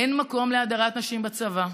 אין מקום להדרת נשים בצבא,